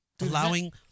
Allowing